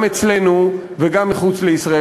גם אצלנו וגם מחוץ לישראל,